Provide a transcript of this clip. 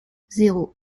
zéro